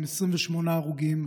עם 28 הרוגים.